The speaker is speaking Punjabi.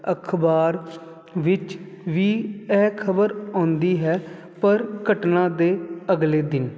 ਅਖਬਾਰ ਵਿੱਚ ਵੀ ਐਹ ਖਬਰ ਆਉਂਦੀ ਹੈ ਪਰ ਘਟਨਾ ਦੇ ਅਗਲੇ ਦਿਨ